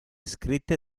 scritte